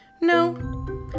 No